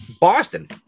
Boston